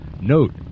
Note